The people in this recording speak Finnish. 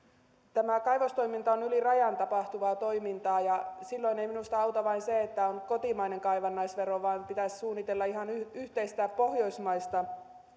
tämä kaivostoiminta on yli rajan tapahtuvaa toimintaa ja silloin ei minusta auta vain se että on kotimainen kaivannaisvero vaan pitäisi suunnitella ihan yhteistä pohjoismaista